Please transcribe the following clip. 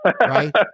Right